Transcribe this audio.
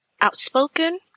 outspoken